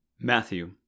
Matthew